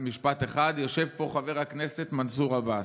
משפט אחד: יושב פה חבר הכנסת מנסור עבאס.